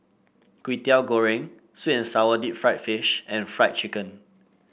Kwetiau Goreng sweet and sour Deep Fried Fish and Fried Chicken